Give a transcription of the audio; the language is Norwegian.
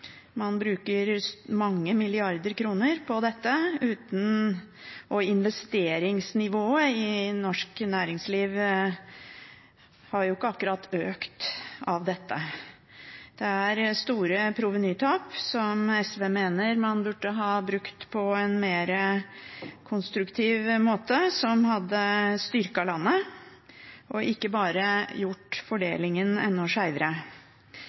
Man bruker mange milliarder kroner på dette, og investeringsnivået i norsk næringsliv har ikke akkurat økt av dette. Det er store provenytap, som SV mener man burde ha brukt på en mer konstruktiv måte, som hadde styrket landet og ikke bare gjort fordelingen